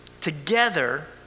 Together